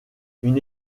une